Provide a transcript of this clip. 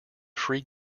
free